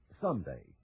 someday